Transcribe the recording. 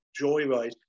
joyride